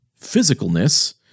physicalness